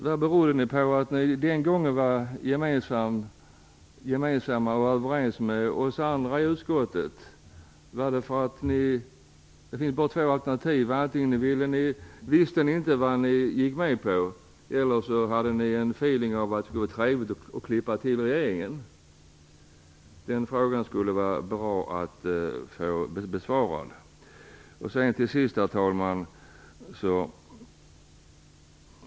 Vad berodde det på att ni den gången var överens med oss andra i utskottet? Det finns bara två alternativ. Antingen visste ni inte vad ni gick med på eller så kände ni att det skulle vara trevligt att klippa till regeringen. Det skulle vara bra att få den frågan besvarad. Herr talman!